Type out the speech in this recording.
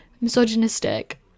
misogynistic